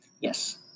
Yes